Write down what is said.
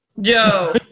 Yo